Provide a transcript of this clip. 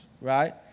right